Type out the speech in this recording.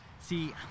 See